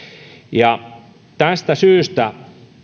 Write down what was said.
tästä syystä